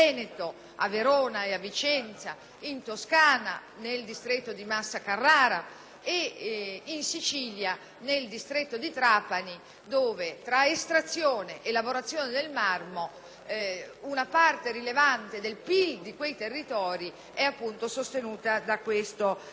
ed in Sicilia, nel distretto di Trapani; tra estrazione e lavorazione del marmo una parte rilevante del PIL di quei territori è appunto sostenuta da questo segmento industriale. Tale comparto, quindi, è molto importante per la nostra economia,